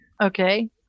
Okay